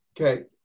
Okay